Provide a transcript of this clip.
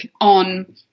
on